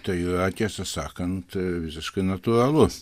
tai tiesą sakant visiškai natūralu